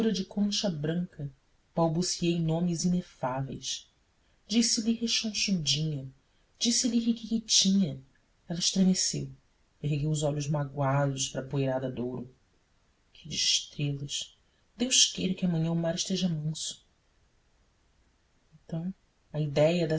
de concha branca balbuciei nomes inefáveis disse-lhe rechonchudinha disse-lhe riquinha ela estremeceu ergueu os olhos magoados para a poeirada de ouro que de estrelas deus queira que amanhã o mar esteja manso então à idéia